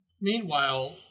Meanwhile